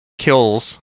Kills